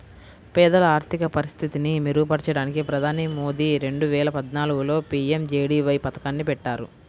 పేదల ఆర్థిక పరిస్థితిని మెరుగుపరచడానికి ప్రధాని మోదీ రెండు వేల పద్నాలుగులో పీ.ఎం.జే.డీ.వై పథకాన్ని పెట్టారు